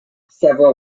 several